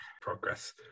Progress